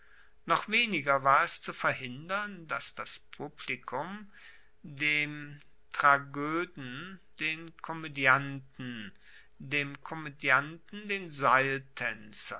noch weniger war es zu verhindern dass das publikum dem tragoeden den komoedianten dem komoedianten den seiltaenzer